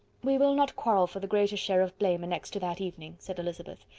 we will not quarrel for the greater share of blame annexed to that evening, said elizabeth.